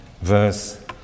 verse